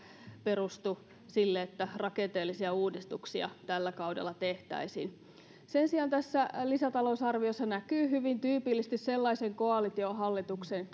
perustu sille että rakenteellisia uudistuksia tällä kaudella tehtäisiin sen sijaan tässä lisätalousarviossa näkyy hyvin tyypillisesti sellaisen koalitiohallituksen